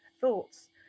thoughts